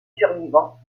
survivants